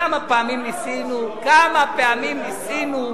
כמה פעמים ניסינו.